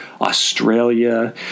Australia